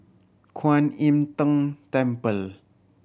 Kuan Im Tng Temple